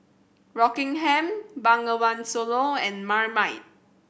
Rockingham Bengawan Solo and Marmite